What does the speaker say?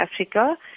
Africa